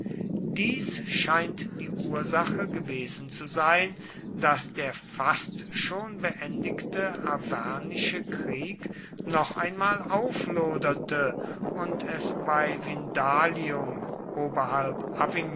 dies scheint die ursache gewesen zu sein daß der fast schon beendigte arvernische krieg noch einmal aufloderte und es bei